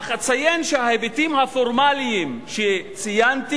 אך אציין שההיבטים הפורמליים שציינתי